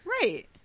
right